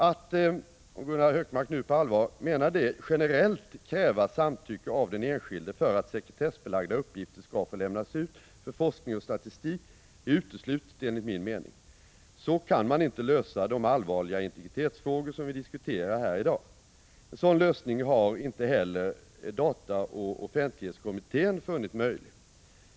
Att — om Gunnar Hökmark nu på allvar menar det — generellt kräva samtycke av den enskilde för att sekretessbelagda uppgifter skall få lämnas ut för forskning och statistik är uteslutet enligt min mening. Så kan man inte lösa de allvarliga integritetsfrågor som vi diskuterar här i dag. En sådan lösning har inte heller DOK funnit möjlig.